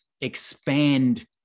expand